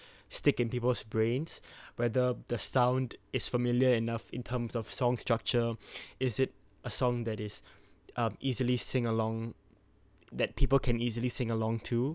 stick in peoples brains whether the sound is familiar enough in terms of songs structure is it a song that is um easily sing along that people can easily sing along to